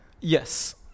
Yes